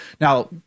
Now